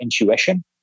intuition